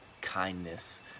kindness